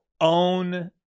own